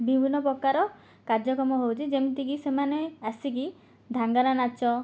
ବିଭିନ୍ନ ପ୍ରକାର କାର୍ଯ୍ୟକ୍ରମ ହେଉଛି ଯେମିତିକି ସେମାନେ ଆସିକି ଧାଙ୍ଗରା ନାଚ